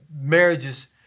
marriages